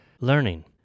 learning